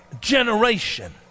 generation